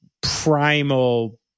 primal